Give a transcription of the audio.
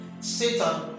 Satan